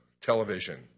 television